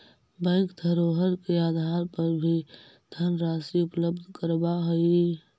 bank धरोहर के आधार पर भी धनराशि उपलब्ध करावऽ हइ